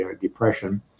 depression